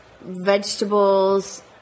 Vegetables